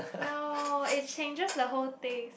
no it changes the whole taste